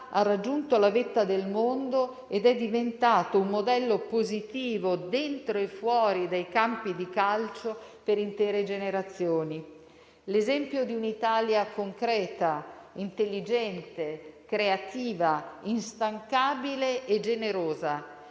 ha raggiunto la vetta del mondo ed è diventato un modello positivo dentro e fuori dei campi di calcio per intere generazioni. L'esempio di un Italia concreta, intelligente, creativa, instancabile e generosa.